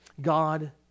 God